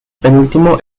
penúltimo